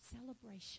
celebration